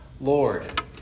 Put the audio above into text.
Lord